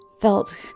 felt